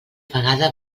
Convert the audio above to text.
vegada